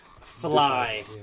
fly